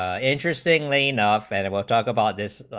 ah interestingly enough and it will talk about this,